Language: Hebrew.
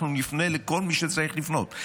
אנחנו נפנה לכל מי שצריך לפנות.